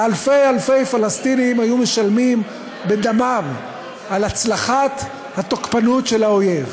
ואלפי אלפי פלסטינים היו משלמים בדמם על הצלחת התוקפנות של האויב.